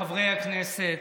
חברי הכנסת,